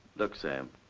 look, sam.